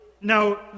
Now